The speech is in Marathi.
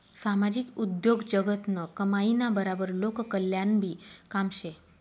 सामाजिक उद्योगजगतनं कमाईना बराबर लोककल्याणनंबी काम शे